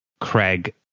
Craig